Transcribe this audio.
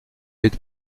est